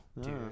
dude